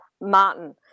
Martin